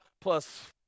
plus